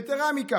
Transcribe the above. יתרה מזו,